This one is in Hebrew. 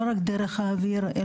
לא רק דרך האוויר,